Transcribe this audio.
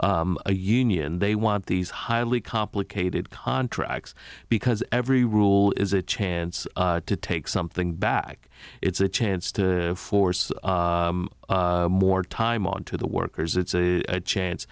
a union they want these highly complicated contracts because every rule is a chance to take something back it's a chance to force more time on to the workers it's a chance